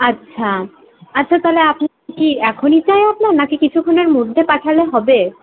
আচ্ছা আচ্ছা তাহলে আপনি কি এখনই চাই আপনার না কিছুক্ষণের মধ্যে পাঠালেও হবে